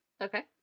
Okay